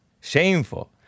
Shameful